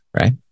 right